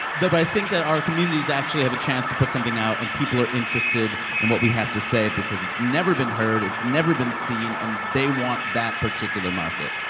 but i think that our communities actually have a chance to put something out. and people are interested in what we have to say because it's never been heard. it's never been seen. and they want that particular market.